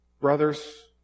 Brothers